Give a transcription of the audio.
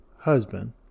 husband